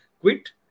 quit